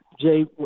Jay